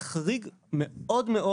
זה חריג מאוד-מאוד,